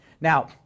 Now